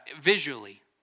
visually